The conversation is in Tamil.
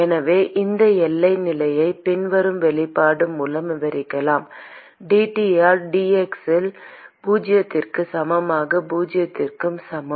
எனவே இந்த எல்லை நிலையை பின்வரும் வெளிப்பாடு மூலம் விவரிக்கலாம் dT ஆல் dx இல் x இல் பூஜ்ஜியத்திற்கு சமமான பூஜ்ஜியத்திற்கு சமம்